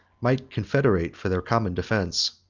might confederate for their common defence.